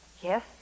Yes